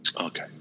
Okay